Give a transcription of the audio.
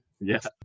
Yes